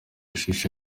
shisha